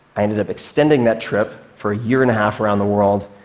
i ended up extending that trip for a year and a half around the world,